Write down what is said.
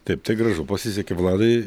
taip tai gražu pasisekė vladai